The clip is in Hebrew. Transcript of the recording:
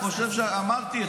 אמרתי,